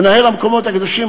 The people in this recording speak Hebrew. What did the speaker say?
מנהל מרכז המקומות הקדושים,